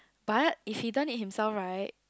but if he done it himself right